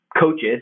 coaches